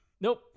Nope